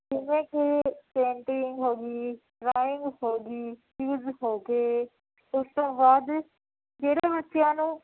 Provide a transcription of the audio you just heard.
ਜਿਵੇਂ ਕਿ ਪੇਂਟਿੰਗ ਹੋ ਗਈ ਡਰਾਇੰਗ ਹੋ ਗਈ ਕਿਉਜ਼ ਹੋ ਗਏ ਉਸ ਤੋਂ ਬਾਅਦ ਜਿਹੜੇ ਬੱਚਿਆਂ ਨੂੰ